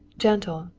gentle,